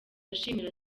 ashimira